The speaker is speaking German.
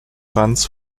franz